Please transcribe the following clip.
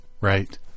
Right